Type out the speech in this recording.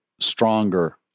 stronger